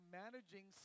managing